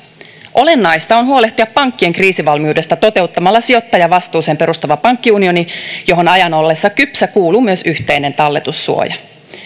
olennaista on huolehtia pankkien kriisivalmiudesta toteuttamalla sijoittajavastuuseen perustuva pankkiunioni johon ajan ollessa kypsä kuuluu myös yhteinen talletussuoja